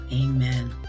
Amen